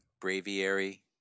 Braviary